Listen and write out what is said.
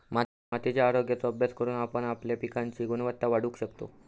मातीच्या आरोग्याचो अभ्यास करून आपण आपल्या पिकांची गुणवत्ता वाढवू शकतव